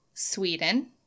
Sweden